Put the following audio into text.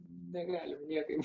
negalim niekaip